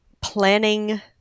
planning